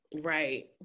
Right